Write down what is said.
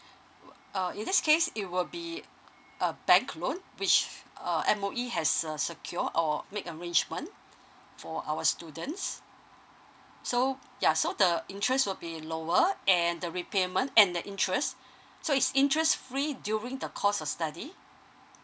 uh in this case it will be a bank loan which uh M_O_E has uh secure or make arrangement for our students so ya so the interest will be lower and the repayment and that interest so is interest free during the course of study